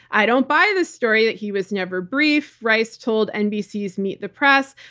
i don't buy the story that he was never briefed. rice told nbc's meet the press,